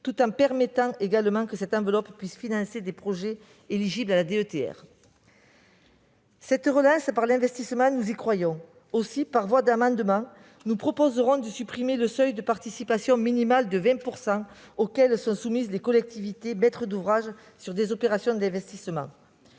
tout en permettant que cette enveloppe puisse financer des projets éligibles à la DETR. Cette relance par l'investissement, nous y croyons. Aussi proposerons-nous, par voie d'amendement, de supprimer le seuil de participation minimale de 20 % auquel sont soumises les collectivités maîtres d'ouvrage sur des opérations d'investissement.